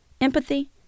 empathy